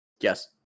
Yes